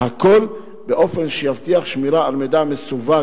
והכול באופן שיבטיח שמירה על מידע מסווג